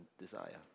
desire